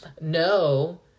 No